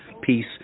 peace